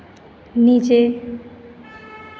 नीचे